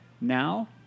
now